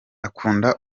akunda